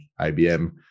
IBM